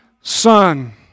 Son